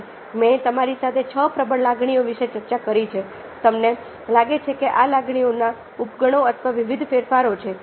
મેં તમારી સાથે છ પ્રબળ લાગણીઓ વિશે ચર્ચા કરી છે તમને લાગે છે કે આ લાગણીઓના ઉપગણો અથવા વિવિધ ફેરફારો છે